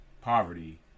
Poverty